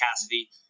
Cassidy